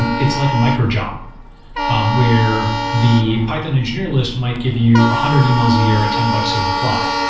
and it's like a micro job um where the python engineer list might give you one hundred emails a year at ten bucks a reply.